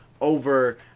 over